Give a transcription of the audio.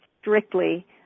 strictly